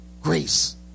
grace